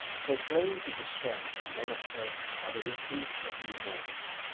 for plain to discern to men of earth are the reproofs of the immortals.